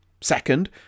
Second